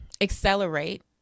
accelerate